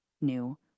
new